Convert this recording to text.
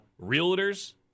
realtors